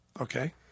Okay